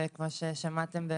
וכמו ששמעתם,